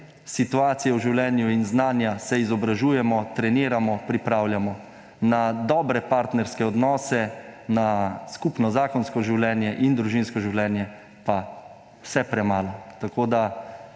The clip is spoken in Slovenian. situacije v življenju in znanja se izobražujemo, treniramo, pripravljamo; na dobre partnerske odnose, na skupno zakonsko življenje in družinsko življenje pa vse premalo. Mislim,